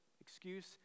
Excuse